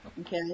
Okay